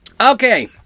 Okay